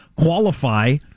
qualify